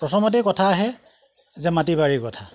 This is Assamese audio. প্ৰথমতে কথা আহে যে মাটি বাৰীৰ কথা